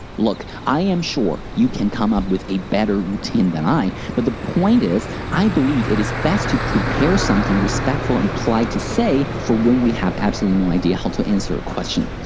look, i am sure you can come up with better routines than i. but the point is i believe it is best to prepare something respectful and polite to say for when we have absolutely no idea how to answer a question.